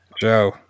Joe